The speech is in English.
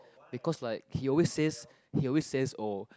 because like he always says he always says oh